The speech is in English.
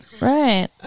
Right